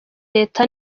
leta